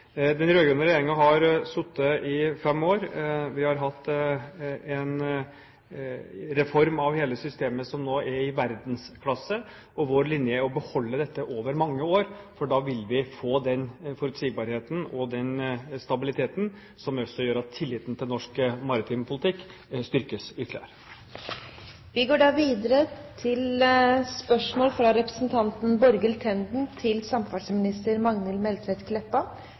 hele systemet som nå er i verdensklasse, og vår linje er å beholde dette over mange år, for da vil vi få den forutsigbarheten og den stabiliteten som også gjør at tilliten til norsk maritim politikk styrkes ytterligere. Jeg har følgende spørsmål til